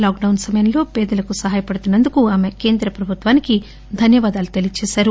lock down సమయంలో పేదలకు సహాయ పడుతున్న ందుకు ఆమె కేంద్ర ప్రభుత్వానికి ధన్యవాదాలు తెలియచేస్తారు